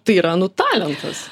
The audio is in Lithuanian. tai yra nu talentas